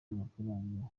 amafaranga